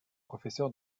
professeur